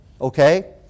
okay